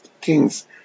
Kings